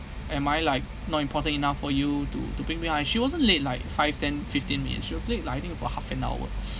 am I like not important enough for you to to pick me up she wasn't late like five ten fifteen minutes she was late like I think about half an hour